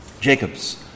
Jacob's